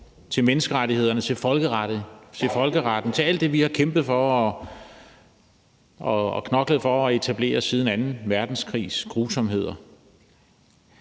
til menneskerettighederne, til folkeretten, til alt det, vi har kæmpet for og knoklet for at etablere siden anden verdenskrigs grusomheder.